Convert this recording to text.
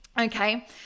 Okay